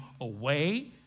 away